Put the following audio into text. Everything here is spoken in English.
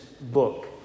book